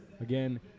again